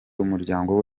umuryango